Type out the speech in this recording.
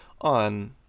on